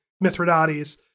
Mithridates